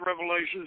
revelations